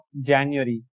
January